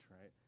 right